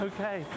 Okay